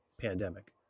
pandemic